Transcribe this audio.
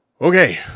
Okay